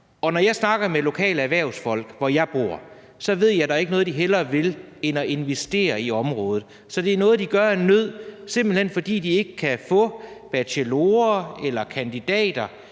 og når jeg snakker med de lokale erhvervsfolk der, hvor jeg bor, så får jeg også at vide, at der ikke er noget, de hellere vil, end at investere i området. Så det er simpelt hen noget, de gør af nød, fordi de ikke kan få bachelorer eller kandidater,